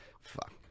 fuck